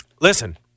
Listen